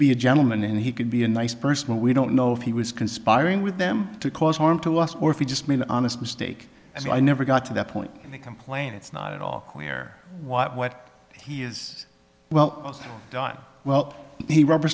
be a gentleman and he could be a nice person but we don't know if he was conspiring with them to cause harm to us or if he just made an honest mistake and i never got to that point to complain it's not at all clear what what he is well done well he rubber